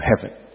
heaven